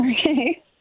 Okay